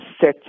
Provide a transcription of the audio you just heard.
set